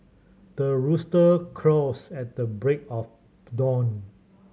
the rooster crows at the break of dawn